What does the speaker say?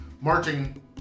marching